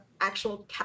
actual